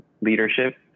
leadership